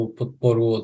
podporu